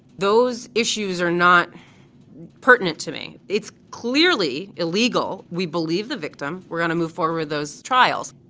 those issues are not pertinent to me. it's clearly illegal. we believe the victim. we're going to move forward those trials